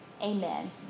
Amen